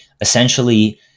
essentially